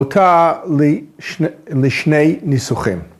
מוכר לי לשני ניסוחים.